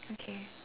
okay